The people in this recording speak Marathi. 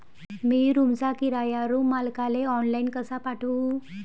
मी रूमचा किराया रूम मालकाले ऑनलाईन कसा पाठवू?